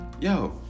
Yo